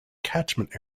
catchment